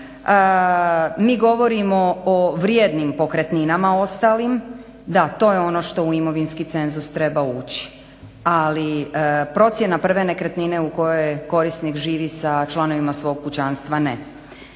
Mi govorimo o vrijednim pokretninama ostalim. Da, to je ono što u imovinski cenzus treba ući. Ali procjena prve nekretnine u kojoj korisnik živi sa članovima svog kućanstva ne.